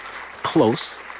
Close